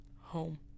home